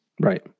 Right